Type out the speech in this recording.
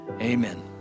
amen